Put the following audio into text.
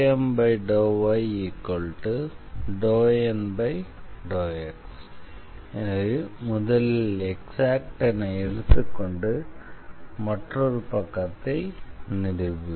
எனவே முதலில் எக்ஸாக்ட் என எடுத்துக்கொண்டு மற்றொரு பக்கத்தை நிரூபிப்போம்